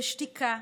בשתיקה,